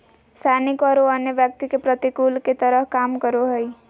सैनिक औरो अन्य व्यक्ति के प्रतिकूल के तरह काम करो हइ